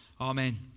Amen